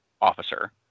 officer